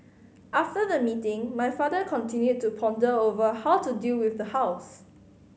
after the meeting my father continued to ponder over how to deal with the house